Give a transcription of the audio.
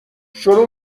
شروع